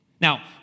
Now